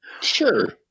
Sure